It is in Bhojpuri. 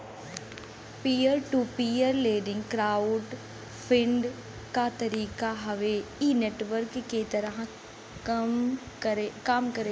peer to peer lending crowdfunding क तरीका हउवे इ नेटवर्क के तहत कम करला